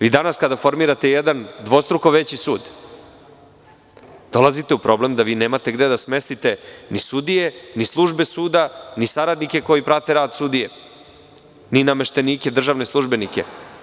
Vi danas kada formirate jedan dvostruko veći sud, dolazite u problem da vi nemate gde da smestite ni sudije, ni službe suda, ni saradnike koji prate rad sudije, ni nameštenike, ni državne službenike.